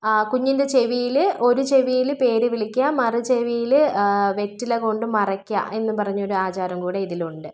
ആ കുഞ്ഞിൻ്റെ ചെവിയിൽ ഒരു ചെവിയിൽ പേര് വിളിക്കാം മറ് ചെവിയിൽ വെറ്റില കൊണ്ട് മറയ്ക്കുക എന്ന് പറഞ്ഞ് ഒരാചാരം കൂടെ ഇതിലുണ്ട്